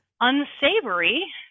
unsavory